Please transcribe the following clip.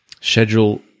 schedule